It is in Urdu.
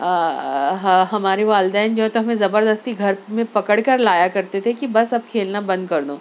ہمارے والدین جو ہے تو ہمیں زبردستی گھر میں پکڑ کر لایا کرتے تھے کہ بس اب کھیلنا بند کر دو